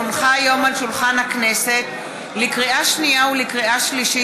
כי הונחו היום על שולחן הכנסת: לקריאה שנייה ולקריאה שלישית: